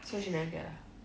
so she never get ah